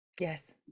Yes